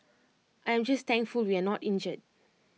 I am just thankful we are not injured